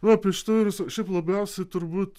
na apie šitą virusą šiaip labiausiai turbūt